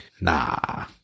Nah